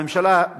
הממשלה,